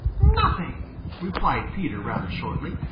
nothing replied peter rather shortly.